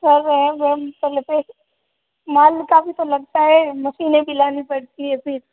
sir वो हम पहले तो माल का भी तो लगता है मशीनें भी लानी पड़ती है फिर